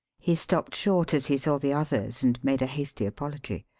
he stopped short as he saw the others and made a hasty apology.